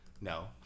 No